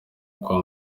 kwa